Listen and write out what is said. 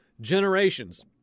generations